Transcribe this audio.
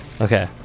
Okay